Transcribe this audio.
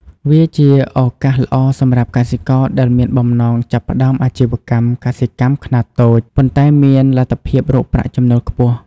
វាជាឱកាសល្អសម្រាប់កសិករដែលមានបំណងចាប់ផ្តើមអាជីវកម្មកសិកម្មខ្នាតតូច ប៉ុន្តែមានលទ្ធភាពរកប្រាក់ចំណូលខ្ពស់។